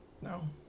No